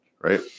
right